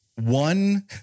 One